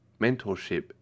mentorship